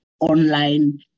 online